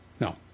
No